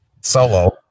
solo